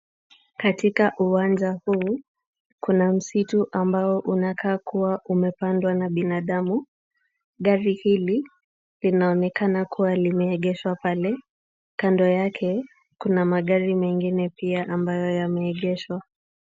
Katika uwanja huu, kuna msitu ambao unakaa kuwa umepandwa na binadamu. Gari hili linaonekana kuwa limeegeshwa pale. Kando yake kuna magari mengine pia ambayo yameegeshwa.